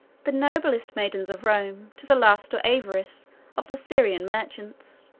the noblest maidens of rome to the lust or avarice of the syrian merchants.